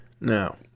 No